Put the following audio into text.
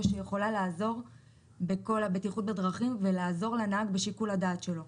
שיכולה לעזור בכל הבטיחות בדרכים ולעזור לנהג בשיקול הדעת שלו.